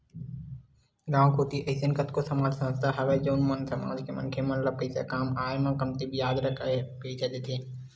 गाँव कोती अइसन कतको समाजिक संस्था हवय जउन मन समाज के मनखे मन ल पइसा के काम आय म कमती बियाज म पइसा देथे